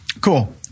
Cool